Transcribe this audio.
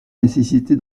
nécessité